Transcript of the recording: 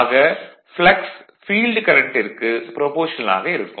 ஆக flux field கரண்டிற்கு proportional ஆக இருக்கும்